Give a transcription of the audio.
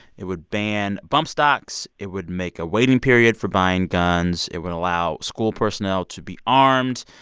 it would ban bump stocks. it would make a waiting period for buying guns. it would allow school personnel to be armed,